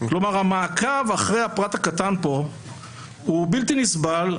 כלומר, המעקב אחרי הפרט הקטן פה הוא בלתי נסבל.